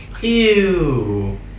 Ew